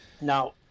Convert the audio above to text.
Now